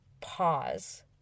pause